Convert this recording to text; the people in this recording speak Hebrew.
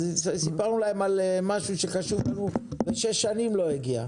אז סיפרנו להם על משהו שחשוב לנו ושש שנים לא הגיע.